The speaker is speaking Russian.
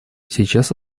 сейчас